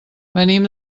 venim